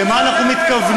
למה אנחנו מתכוונים?